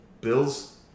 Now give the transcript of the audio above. Bills